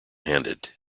handed